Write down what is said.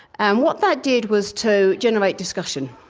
and what that did was to generate discussion.